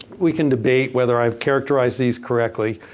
we can debate whether i've characterized these correctly.